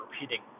repeating